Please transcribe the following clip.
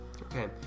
Okay